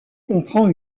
comprend